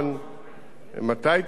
מתי תבוצע התוכנית,